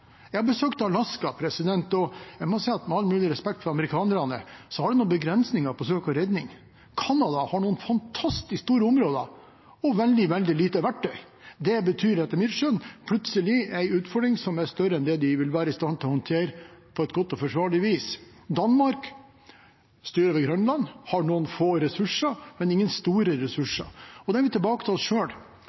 besøkt Alaska, og jeg må si, med all mulig respekt for amerikanerne: De har noen begrensninger innen søk og redning. Canada har noen fantastisk store områder og veldig, veldig lite verktøy. Det betyr etter mitt skjønn plutselig en utfordring som er større enn det de vil være i stand til å håndtere på godt og forsvarlig vis. Danmark styrer over Grønland, har noen få ressurser, men ingen store ressurser. Da er vi tilbake til oss